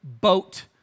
boat